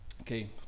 Okay